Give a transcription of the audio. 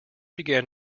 began